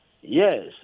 yes